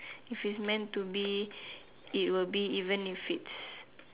if it's meant to be it will be even if it's